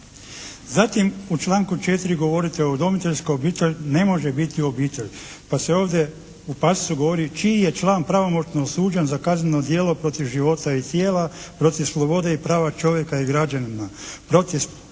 Zatim, u članku 4. govorite: "Udomiteljska obitelj ne može biti obitelj.". Pa se ovdje u pasosu govori: "čiji je član pravomoćno osuđen za kazneno djelo protiv života i tijela, protiv slobode i prava čovjeka i građanina, protiv